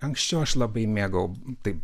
anksčiau aš labai mėgau taip